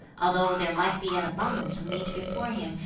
although there might be an abundance of meat before him,